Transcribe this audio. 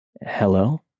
hello